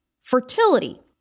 Fertility